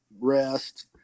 rest